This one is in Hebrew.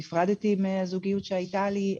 נפרדתי מהזוגיות שהייתה לי.